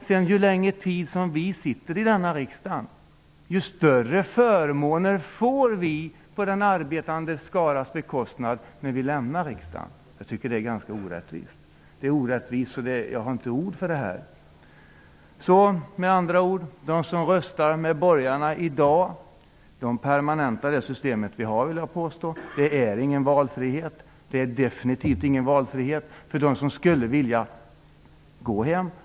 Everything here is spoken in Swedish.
Ju längre tid vi sitter i riksdagen, desto större förmåner får vi på den arbetande skarans bekostnad när vi lämnar riksdagen. Jag tycker att det är orättvist. Det är så orättvist att jag inte har ord för det. Med andra ord: De som röstar med borgarna i dag permanentar det system som vi har. Det innebär inte någon valfrihet, definitivt inte för dem som skulle vilja vara hemma.